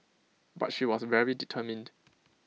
but she was very determined